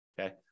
Okay